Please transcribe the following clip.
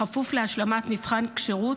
בכפוף להשלמת מבחן כשירות,